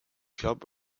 club